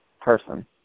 person